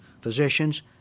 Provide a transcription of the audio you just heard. physicians